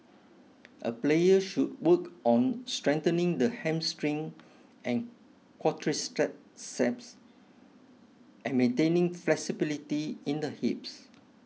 a player should work on strengthening the hamstring and quadriceps and maintaining flexibility in the hips